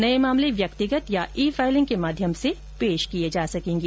नए मामले व्यक्तिगत या ई फाइलिंग के माध्यम से पेश किए जा सकेंगे